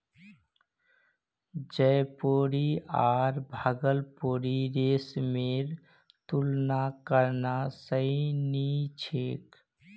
जयपुरी आर भागलपुरी रेशमेर तुलना करना सही नी छोक